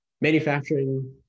manufacturing